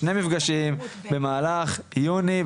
שני מפגשים במהלך יוני,